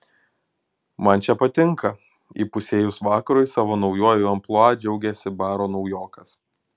man čia patinka įpusėjus vakarui savo naujuoju amplua džiaugėsi baro naujokas